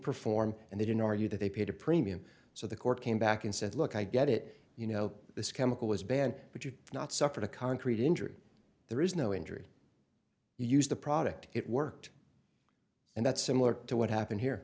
perform and they didn't argue that they paid a premium so the court came back and said look i get it you know this chemical is banned but you're not suffered a concrete injury there is no injury you use the product it worked and that's similar to what happened here